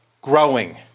growing